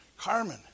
Carmen